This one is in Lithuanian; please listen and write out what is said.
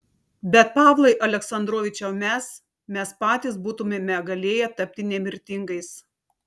bet pavlai aleksandrovičiau mes mes patys būtumėme galėję tapti nemirtingais